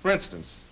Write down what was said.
for instance